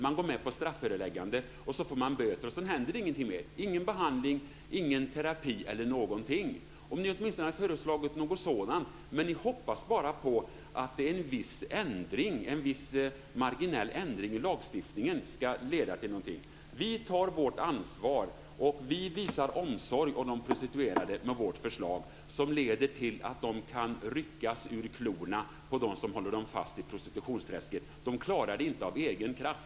Man går med på strafföreläggandet. Man får böter, och sedan händer ingenting mer. Man får ingen behandling, ingen terapi eller någonting. Om ni åtminstone hade föreslagit något sådant. Ni hoppas bara på att en viss marginell ändring i lagstiftningen ska leda till någonting. Vi tar vårt ansvar och visar omsorg om de prostituerade med vårt förslag, som leder till att de kan ryckas ur klorna på dem som håller dem fast i prostitutionsträsket. De klarar det inte av egen kraft.